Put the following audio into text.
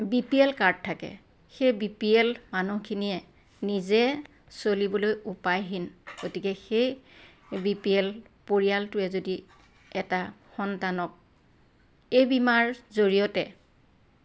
B P L card থাকে সেই B P L মানুহখিনিয়ে নিজে চলিবলৈ উপায়হীন গতিকে সেই বি পি এল পৰিয়ালটোৱে যদি এটা সন্তানক এই বীমাৰ জড়িয়তে